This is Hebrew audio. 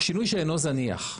שינוי שאינו זניח,